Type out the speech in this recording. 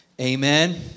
amen